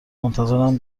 منتظرم